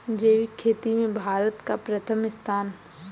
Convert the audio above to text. जैविक खेती में भारत का प्रथम स्थान